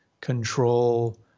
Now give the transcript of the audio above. control